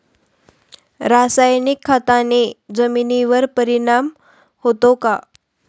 रासायनिक खताने जमिनीवर परिणाम होतो का?